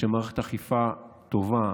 שמערכת אכיפה טובה,